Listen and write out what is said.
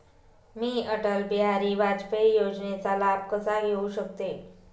मी अटल बिहारी वाजपेयी योजनेचा लाभ कसा घेऊ शकते?